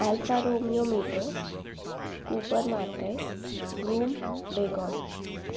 Alfa romeo mito cooper mark X broom wagon